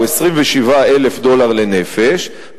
הוא 27,000 דולר לנפש,